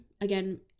Again